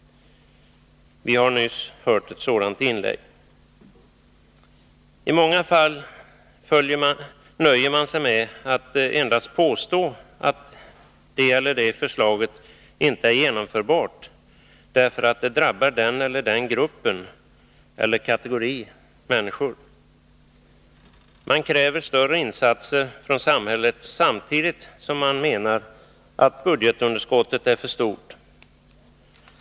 Vi har nyss hört ett sådant inlägg. I många fall nöjer man sig med att påstå att det eller det förslaget inte är genomförbart därför att det drabbar den eller den gruppen eller kategorin människor. Man kräver större insatser från samhället samtidigt som man menar att budgetunderskottet är för stort.